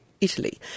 Italy